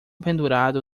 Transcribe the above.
pendurado